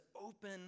open